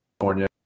California